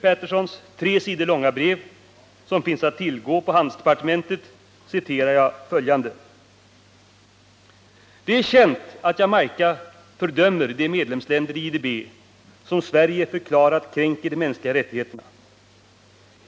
Pattersons tre sidor långa brev, som finns att tillgå på handelsdepartementet, citerar jag följande: ”Det är känt att Jamaica fördömer de medlemsländer i IDB som Sverige har förklarat kränker de mänskliga rättigheterna.